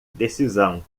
decisão